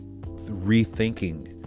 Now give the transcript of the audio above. rethinking